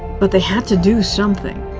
but they had to do something.